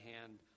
hand